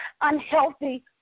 unhealthy